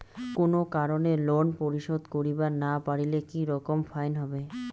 কোনো কারণে লোন পরিশোধ করিবার না পারিলে কি রকম ফাইন হবে?